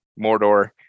Mordor